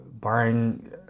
buying